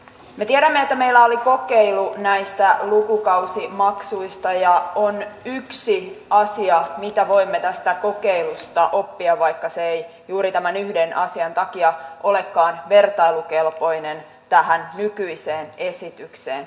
me tiedämme että meillä oli kokeilu näistä lukukausimaksuista ja on yksi asia mitä voimme tästä kokeilusta oppia vaikka se ei juuri tämän yhden asian takia olekaan vertailukelpoinen tähän nykyiseen esitykseen